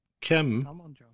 Kim